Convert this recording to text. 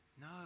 No